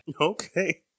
okay